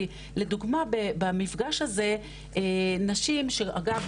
כי לדוגמה במפגש הזה נשים שאגב,